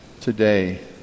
today